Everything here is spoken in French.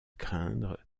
craindre